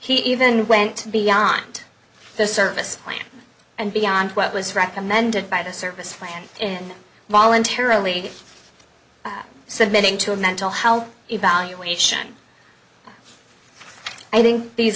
he even went beyond the service plan and beyond what was recommended by the service for him in voluntarily submitting to a mental health evaluation i think these